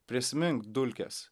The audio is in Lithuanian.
prisimink dulkes